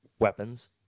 weapons